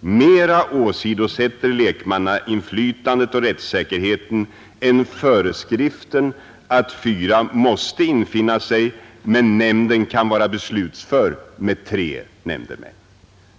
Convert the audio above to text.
mer åsidosätter lekmannainflytandet och rättssäkerheten än föreskriften att fyra måste infinna sig men att nämnden kan vara beslutför med tre nämndemän.